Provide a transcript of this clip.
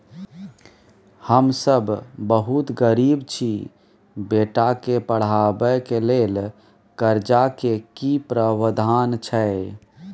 हम सब बहुत गरीब छी, बेटा के पढाबै के लेल कर्जा के की प्रावधान छै?